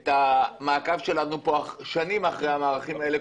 על המעקב שלנו פה שנים אחרי המערכים האלה,